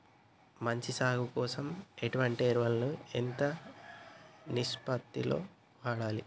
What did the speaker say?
మంచి సాగు కోసం ఎటువంటి ఎరువులు ఎంత నిష్పత్తి లో వాడాలి?